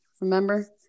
remember